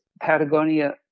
Patagonia